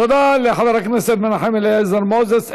תודה לחבר הכנסת מנחם אליעזר מוזס.